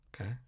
Okay